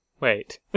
Wait